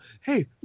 hey